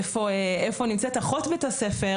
איפה נמצאת אחות בית הספר?